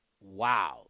Wow